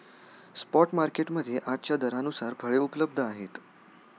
spot market मध्ये आजच्या दरानुसार फळे उपलब्ध आहेत